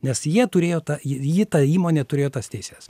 nes jie turėjo tą ji ji ta įmonė turėjo tas teises